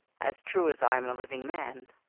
as true as i am a living man.